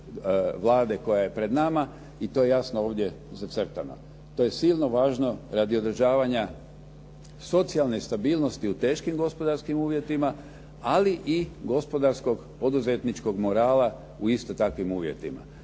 Vlade koja je pred nama i to je jasno ovdje zacrtano. To je silno važno radi održavanja socijalne stabilnosti u teškim gospodarskim uvjetima, ali i gospodarskog poduzetničkog morala u isto takvim uvjetima.